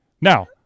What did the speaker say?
Now